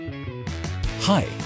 Hi